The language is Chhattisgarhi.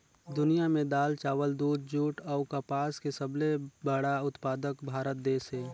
दुनिया में दाल, चावल, दूध, जूट अऊ कपास के सबले बड़ा उत्पादक भारत देश हे